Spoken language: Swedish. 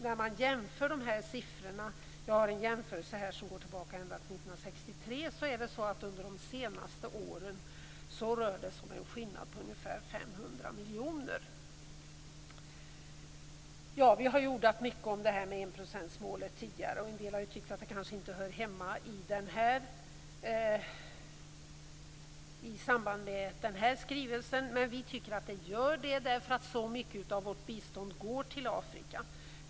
När man jämför dessa siffror - jag har siffror som går tillbaka till 1963 - har det under de senaste åren rört sig om en skillnad på ungefär 500 miljoner. Vi har ordat mycket om enprocentsmålet tidigare. En del har tyckt att det kanske inte hör hemma i samband med den här skrivelsen, men vi tycker att det gör det därför att så mycket av vårt bistånd går till Afrika.